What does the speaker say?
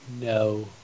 No